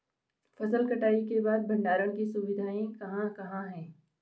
फसल कटाई के बाद भंडारण की सुविधाएं कहाँ कहाँ हैं?